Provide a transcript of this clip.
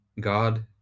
God